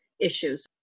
issues